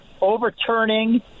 overturning